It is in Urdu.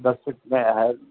دس فٹ میں ہے